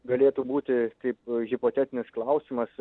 galėtų būti kaip hipotetinius klausimus